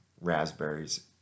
raspberries